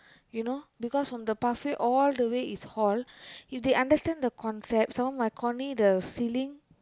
you know because from the pathway all the way is hall if they understand the concept someone might the ceiling